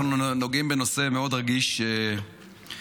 אנחנו נוגעים בנושא מאוד רגיש בכלל,